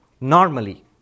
normally